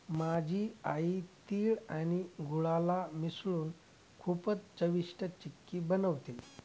माझी आई तिळ आणि गुळाला मिसळून खूपच चविष्ट चिक्की बनवते